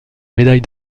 médaille